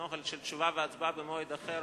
הנוהל של תשובה והצבעה במועד אחר